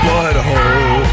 Butthole